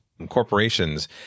corporations